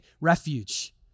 refuge